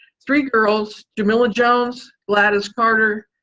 three girls jamila jones, gladys carter,